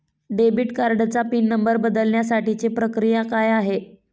Debit कार्डचा PIN number बदलण्यासाठीची प्रक्रिया काय आहे?